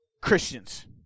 Christians